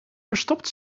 verstopt